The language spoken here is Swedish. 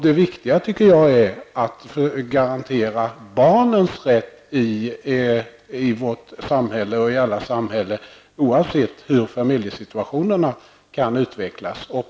Det viktiga tycker jag är att garantera barnens rätt i samhället, oavsett hur familjesituationen kan utvecklas.